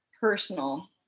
personal